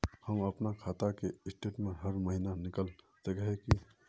हम अपना खाता के स्टेटमेंट हर महीना निकल सके है की?